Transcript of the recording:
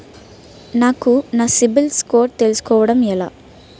నాకు నా సిబిల్ స్కోర్ తెలుసుకోవడం ఎలా?